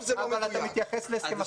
אתה מתייחס להסכם אחר.